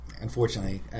unfortunately